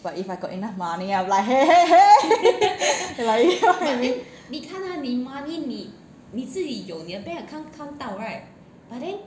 but if I got enough money I'm like !hey! !hey! !hey! you know what I mean